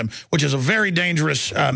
them which is a very dangerous